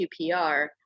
QPR